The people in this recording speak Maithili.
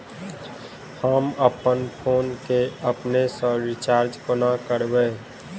हम अप्पन फोन केँ अपने सँ रिचार्ज कोना करबै?